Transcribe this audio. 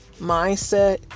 mindset